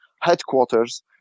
headquarters